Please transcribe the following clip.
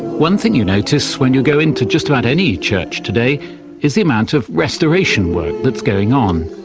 one thing you notice when you go into just about any church today is the amount of restoration work that's going on.